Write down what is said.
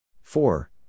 Four